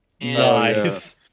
Nice